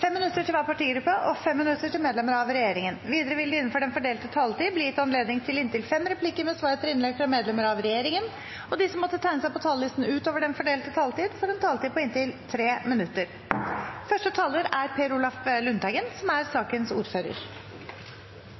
minutter til hver partigruppe og 5 minutter til medlemmer av regjeringen. Videre vil det – innenfor den fordelte taletid – bli gitt anledning til inntil fem replikker med svar etter innlegg fra medlemmer av regjeringen, og de som måtte tegne seg på talerlisten utover den fordelte taletid, får en taletid på inntil 3 minutter. Først vil jeg ta opp de forslag som